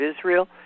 Israel